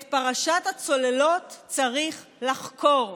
את פרשת הצוללות צריך לחקור.